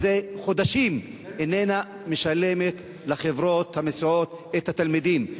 מזה חודשים איננה משלמת לחברות המסיעות את התלמידים.